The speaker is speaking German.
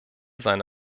seine